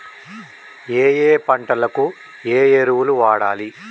ఏయే పంటకు ఏ ఎరువులు వాడాలి?